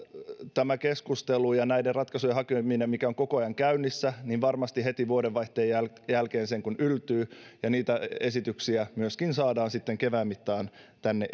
tämä keskustelu ja näiden ratkaisujen hakeminen mikä on koko ajan käynnissä varmasti heti vuodenvaihteen jälkeen jälkeen sen kuin yltyy ja niitä esityksiä myöskin saadaan sitten kevään mittaan tänne